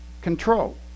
control